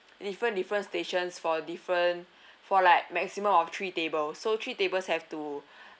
different different stations for different for like maximum of three tables so three tables have to